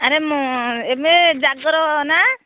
ଆରେ ମୁଁ ଏବେ ଜାଗର ନା